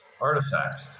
artifact